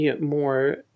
more